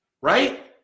right